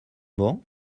mohan